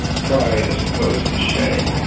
pride as opposed to shame.